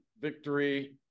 victory